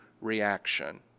reaction